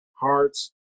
hearts